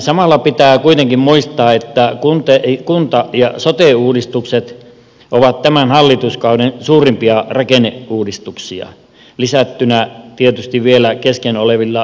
samalla pitää kuitenkin muistaa että kunta ja sote uudistukset ovat tämän hallituskauden suurimpia rakenneuudistuksia lisättynä tietysti vielä kesken olevilla valtionosuusuudistuksilla